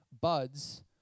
buds